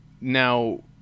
Now